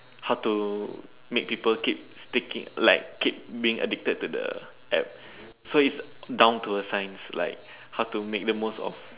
how to make people keep sticking like keep being addicted to the App so it's down to the science like how to make the most of